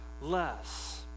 less